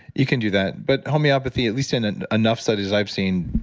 you can do that. but homeopathy, at least in enough studies i've seen,